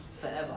forever